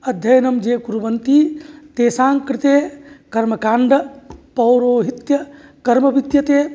अध्ययनं ये कुर्वन्ति तेषाङ्कृते कर्मकाण्डपौरोहित्यकर्म विद्यते